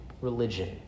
religion